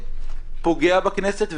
פוגע בכנסת,